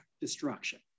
destruction